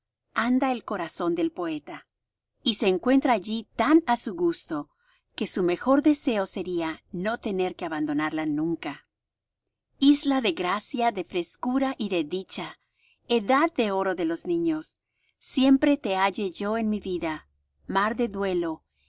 anda el corazón del poeta y se encuentra allí tan á su gusto que su mejor deseo sería no tener que abandonarla nunca isla de gracia de frescura y de dicha edad de oro de los niños siempre te halle yo en mi vida mar de duelo